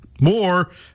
More